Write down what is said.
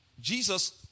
Jesus